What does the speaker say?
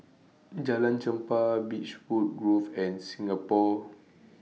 Jalan Chempah Beechwood Grove and Singapore